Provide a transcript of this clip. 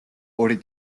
ორი